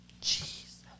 Jesus